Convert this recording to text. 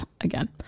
again